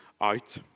out